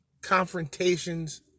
confrontations